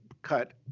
Cut